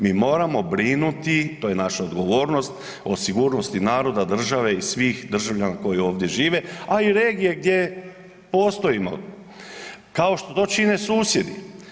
Mi moramo brinuti, to je naša odgovornost o sigurnosti naroda, države i svih državljana koji ovdje žive a i regije gdje postojimo kao što to čine susjedi.